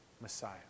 Messiah